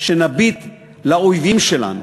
שנביט לאויבים שלנו,